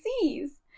seas